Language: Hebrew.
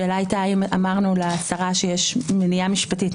השאלה הייתה אם אמרנו לשרה שיש מניעה משפטית.